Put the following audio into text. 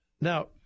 Now